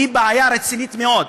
היא בעיה רצינית מאוד.